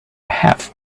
have